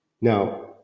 Now